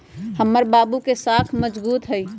हमर बाबू के साख मजगुत हइ